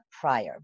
prior